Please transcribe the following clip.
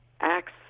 acts